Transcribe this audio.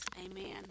Amen